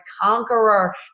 conqueror